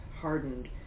Hardened